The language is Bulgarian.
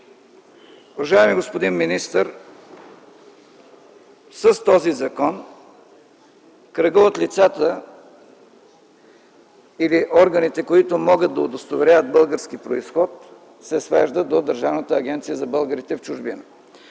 Уважаеми господин министър, с този закон кръгът от лицата или органите, които могат да удостоверяват български произход, се свежда до Държавната агенция за българите в чужбина.